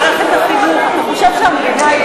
השר אמר שהמדינה היא